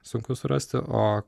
sunku surasti o